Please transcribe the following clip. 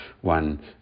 one